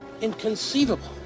Inconceivable